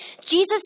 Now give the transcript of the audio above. Jesus